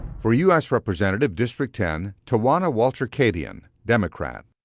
for u s. representative, district ten, tawana walter-cadien, democrat.